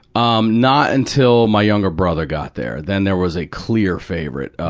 um, not until my younger brother got there. then there was a clear favorite, um,